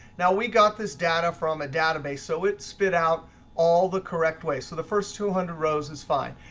now we got this data from a database, so it spit out all the correct way, so the first two hundred rows is fine.